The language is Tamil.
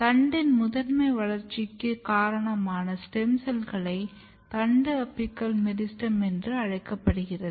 தண்டின் முதன்மை வளர்ச்சிக்கு காரணமான ஸ்டெம் செல்களை தண்டு அபிக்கல் மெரிஸ்டெம் என்று அழைக்கப்படுகிறது